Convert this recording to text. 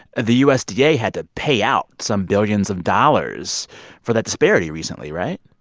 the usda yeah had to pay out some billions of dollars for that disparity recently, right?